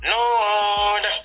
Lord